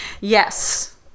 Yes